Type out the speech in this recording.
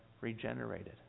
regenerated